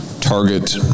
target